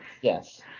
yes